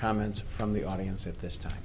comments from the audience at this time